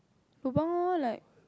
lobang loh like